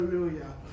Hallelujah